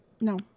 No